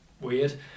weird